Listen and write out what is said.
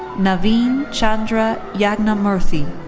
naveen chandra yagnamurthy.